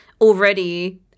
already